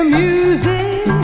music